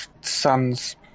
sons